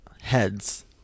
heads